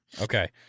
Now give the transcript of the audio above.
Okay